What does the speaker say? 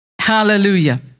Hallelujah